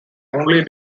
only